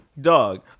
Dog